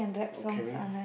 okay